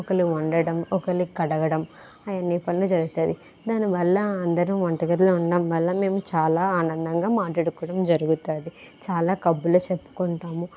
ఒకరు వండడం ఒకరు కడగడం అవన్ని పనులు జరుగుతుంది దానివల్ల అందరూ వంటగదిలో ఉండడం వల్ల మేము చాలా ఆనందంగా మాట్లాడుకోవడం జరుగుతుంది చాలా కబుర్లు చెప్పుకుంటాము